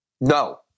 No